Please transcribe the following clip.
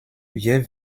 wir